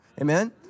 amen